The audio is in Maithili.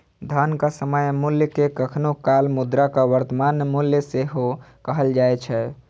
धनक समय मूल्य कें कखनो काल मुद्राक वर्तमान मूल्य सेहो कहल जाए छै